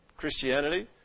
Christianity